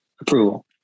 approval